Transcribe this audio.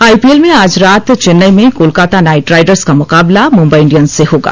IPL में आज रात चेन्नई में कोलकाता नाइटराइडर्स का मुकाबला मुम्बई इंडियन्स से होगा